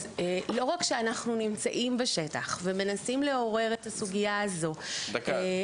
אז לא רק שאנחנו נמצאים בשטח ומנסים לעורר את הסוגייה הזו --- דקה.